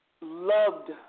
loved